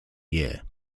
year